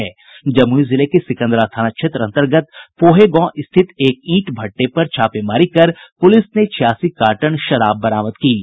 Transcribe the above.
जमूई जिले के सिकंदरा थाना क्षेत्र अंतर्गत पोहे गांव स्थित एक ईंट भट़ठे पर छापेमारी कर पुलिस ने छियासी कार्टन शराब बरामद की है